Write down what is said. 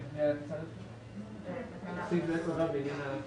כאן מדובר על עיגול.